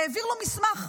העביר לו מסמך,